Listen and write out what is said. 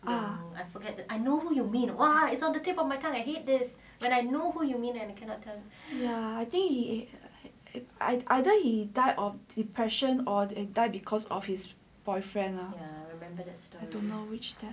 ya I think I'd either he died of depression or die because of his boyfriend lah remember that I don't know which